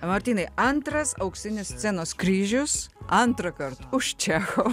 martynai antras auksinis scenos kryžius antrąkart už čechovą